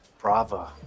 brava